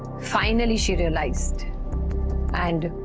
finally, she realised and